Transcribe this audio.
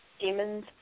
demons